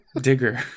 Digger